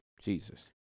Jesus